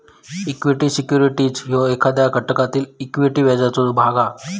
equity securities ह्यो एखाद्या घटकातील इक्विटी व्याजाचो भाग हा